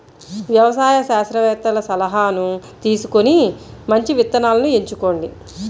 వ్యవసాయ శాస్త్రవేత్తల సలాహాను తీసుకొని మంచి విత్తనాలను ఎంచుకోండి